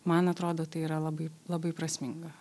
man atrodo tai yra labai labai prasminga